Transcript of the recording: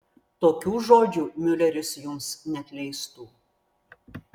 tokių žodžių miuleris jums neatleistų